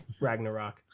Ragnarok